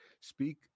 speak